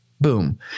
boom